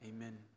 Amen